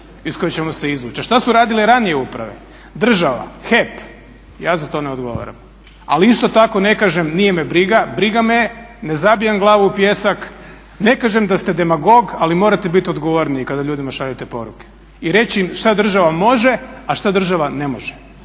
iz koje ćemo se izvući. A šta su radile ranije uprave, država, HEP, ja za to ne odgovaram, ali isto tako ne kažem nije me briga, briga me je, ne zabijam glavu u pijesak. Ne kažem da ste demagog ali morate bit odgovorniji kada ljudima šaljete poruke i reći im šta država može, a šta država ne može